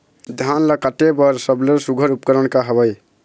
धान ला काटे बर सबले सुघ्घर उपकरण का हवए?